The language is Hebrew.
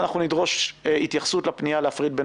נדרוש התייחסות לפנייה להפריד בין